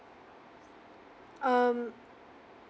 um